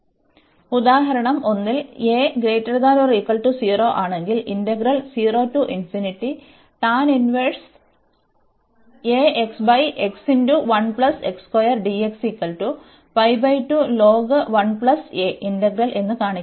OR ഉദാഹരണം 1 ൽ ആണെങ്കിൽ ഇന്റഗ്രൽ എന്ന് കാണിക്കും